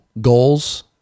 goals